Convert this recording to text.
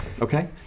Okay